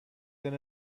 than